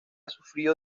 sufrido